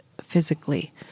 physically